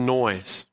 noise